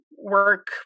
work